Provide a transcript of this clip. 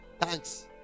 thanks